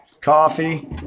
coffee